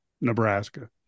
Nebraska